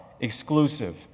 exclusive